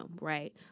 right